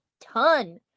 ton